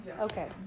Okay